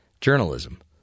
journalism